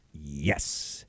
yes